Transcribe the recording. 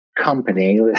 company